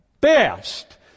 best